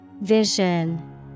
Vision